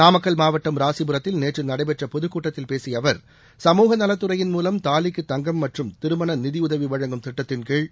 நாமக்கல் மாவட்டம் ராசிபுரத்தில் நேற்று நடைபெற்ற பொதுக்கூட்டத்தில் பேசிய அவர் சமூகநலத்துறையின் மூலம் தாலிக்கு தங்கம் மற்றும் திருமண நிதியுதவி வழங்கும் திட்டத்தின்கீழ்